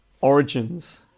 origins